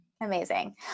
amazing